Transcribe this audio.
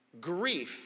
grief